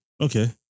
Okay